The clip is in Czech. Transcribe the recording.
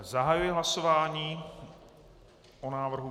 Zahajuji hlasování o návrhu.